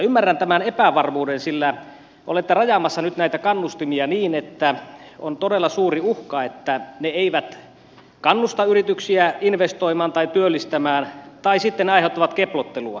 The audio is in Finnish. ymmärrän tämän epävarmuuden sillä olette rajaamassa nyt näitä kannustimia niin että on todella suuri uhka että ne eivät kannusta yrityksiä investoimaan tai työllistämään tai sitten ne aiheuttavat keplottelua